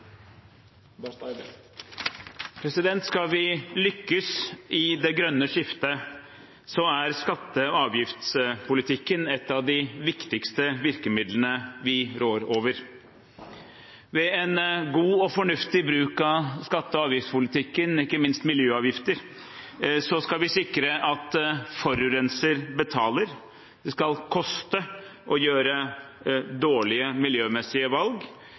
avslutta. Skal vi lykkes i det grønne skiftet, er skatte- og avgiftspolitikken et av de viktigste virkemidlene vi rår over. Ved en god og fornuftig bruk av skatte- og avgiftspolitikken, ikke minst miljøavgifter, skal vi sikre at forurenser betaler, det skal koste å gjøre dårlige miljømessige